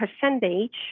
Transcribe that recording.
percentage